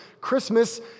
Christmas